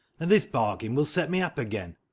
and this bargain will set me up again.